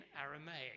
Aramaic